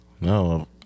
No